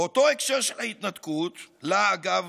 באותו הקשר של ההתנתקות, שלה, אגב,